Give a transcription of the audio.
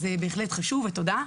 אז בהחלט חשוב ותודה.